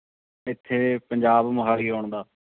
ਇੱਥੇ ਪੰਜਾਬ ਮੋਹਾਲੀ ਆਉਣ ਦਾ